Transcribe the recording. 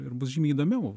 ir bus žymiai įdomiau